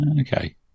Okay